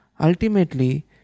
Ultimately